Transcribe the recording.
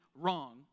wrong